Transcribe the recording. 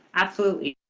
absolutely.